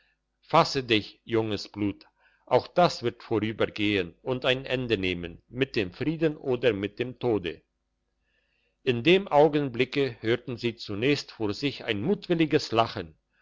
fasse dich junges blut auch das wird vorübergehen und ein ende nehmen mit dem frieden oder mit dem tode in dem augenblicke hören sie zunächst vor sich ein mutwilliges lachen